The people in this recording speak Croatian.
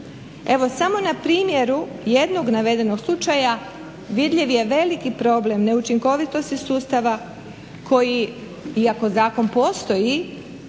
Evo samo na primjeru jednog navedenog slučaja vidljiv je veliki problem neučinkovitosti sustava koji, iako zakon postoji,